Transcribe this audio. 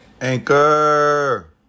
Anchor